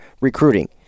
recruiting